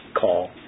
call